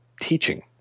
teaching